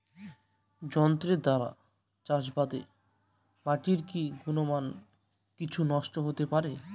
যন্ত্রের দ্বারা চাষাবাদে মাটির কি গুণমান কিছু নষ্ট হতে পারে?